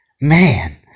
man